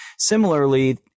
similarly